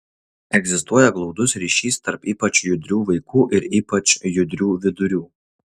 egzistuoja glaudus ryšys tarp ypač judrių vaikų ir ypač judrių vidurių